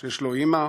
יש אימא,